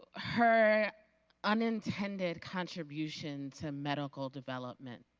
her unintended contribution to medical development